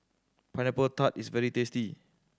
Pineapple Tart is very tasty